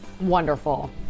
Wonderful